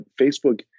facebook